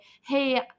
hey